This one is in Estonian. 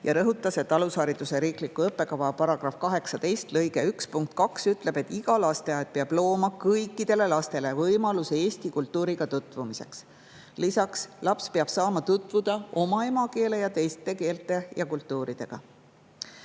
ja rõhutas, et alushariduse riikliku õppekava § 18 lõike 1 punkt 2 ütleb, et iga lasteaed peab looma kõikidele lastele võimaluse eesti kultuuriga tutvumiseks. Lisaks peab laps saama tutvuda oma emakeele ja teiste keelte ja kultuuridega.